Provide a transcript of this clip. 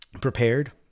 prepared